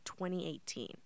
2018